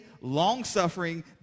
long-suffering